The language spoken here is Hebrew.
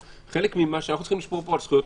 --- אנחנו צריכים לשמור פה על זכויות